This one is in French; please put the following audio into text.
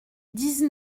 dix